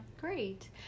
great